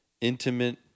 intimate